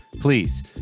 Please